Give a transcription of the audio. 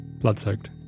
blood-soaked